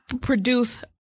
produce